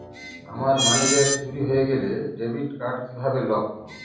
আমার মানিব্যাগ চুরি হয়ে গেলে ডেবিট কার্ড কিভাবে লক করব?